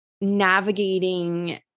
navigating